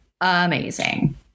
amazing